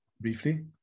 briefly